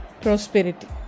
prosperity